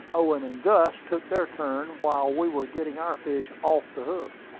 owen and gus took their turn while we were getting our fish off the hook.